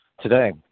today